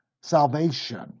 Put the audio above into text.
salvation